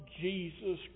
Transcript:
Jesus